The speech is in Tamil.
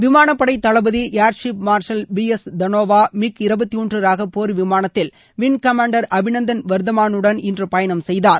விமானப்படை தளபதி air chief marshal B S Dhanoa MiG இருபத்தொன்று ரக போர் விமானத்தில் வின் கமாண்டர் அபிநந்தன் வர்தமாவுடன் இன்று பயணம் செய்தார்